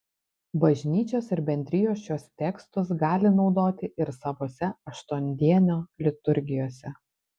bažnyčios ir bendrijos šiuos tekstus gali naudoti ir savose aštuondienio liturgijose